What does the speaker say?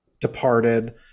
departed